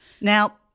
Now